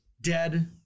dead